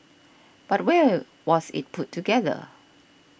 but where was it put together